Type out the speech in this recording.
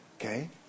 Okay